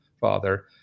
Father